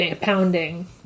pounding